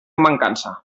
mancança